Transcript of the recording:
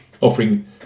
offering